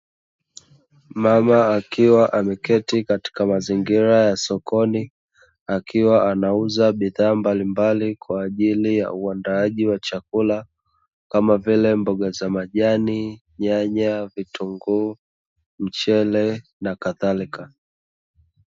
Mama akiwa ameketi katika mazingira ya sokoni, akiwa anauza bidhaa mbalimbali kwa ajili ya uandaaji wa chakula kama vile mboga za majani, nyanya, vitunguu, mchele na kadhalika.